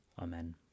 amen